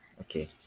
okay